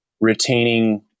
retaining